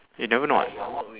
you never know [what]